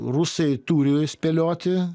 rusai turi spėlioti